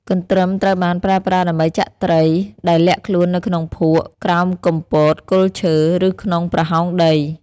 កន្ទ្រឹមត្រូវបានប្រើប្រាស់ដើម្បីចាក់ត្រីដែលលាក់ខ្លួននៅក្នុងភក់ ក្រោមគុម្ពោត គល់ឈើ ឬក្នុងប្រហោងដី។